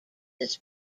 this